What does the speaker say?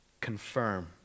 confirm